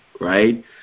right